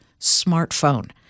smartphone